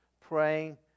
praying